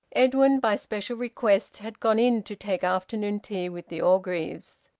edwin by special request had gone in to take afternoon tea with the orgreaves.